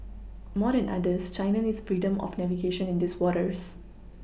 more than others China needs freedom of navigation in these waters